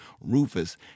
Rufus